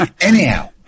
Anyhow